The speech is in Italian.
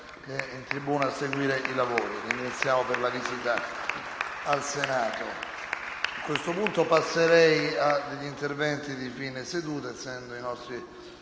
Grazie,